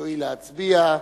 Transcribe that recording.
יואיל להצביע.